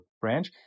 branch